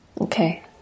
Okay